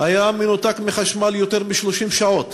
היה מנותק מחשמל יותר מ-30 שעות.